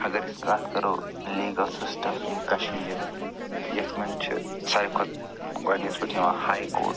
اگر أسۍ کَتھ کَرو لیٖگل سِسٹم اِن کشمیٖر یتھ منٛز چھِ سارِوٕے کھۄتہٕ گۄڈٕنِکِس پٮ۪ٹھ یِوان ہاے کوٹ